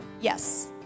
Yes